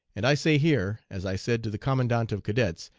and i say here as i said to the commandant of cadets,